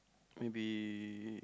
maybe